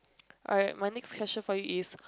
alright my next question for you is